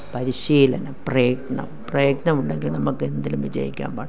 പരിശീലനം പ്രയത്നം പ്രയത്നം ഉണ്ടെങ്കിൽ നമുക്ക് എന്തിലും വിജയിക്കാൻ